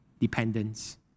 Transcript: dependence